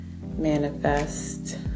manifest